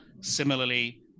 Similarly